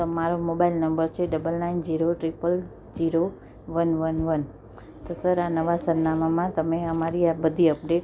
તમારો mobile number છે double nine zero triple zero one one one તો sir આ નવા સરનામા તમે અમારી આ બધી અપડેટ